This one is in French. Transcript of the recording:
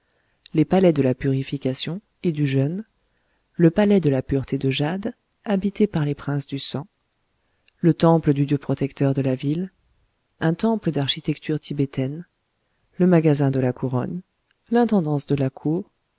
les palais de la purification et du jeûne le palais de la pureté de jade habité par les princes du sang le temple du dieu protecteur de la ville un temple d'architecture tibétaine le magasin de la couronne l'intendance de la cour